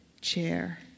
chair